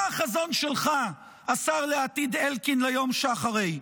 מה החזון שלך, השר לעתיד אלקין, ליום שאחרי?